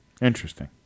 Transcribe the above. Interesting